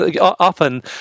often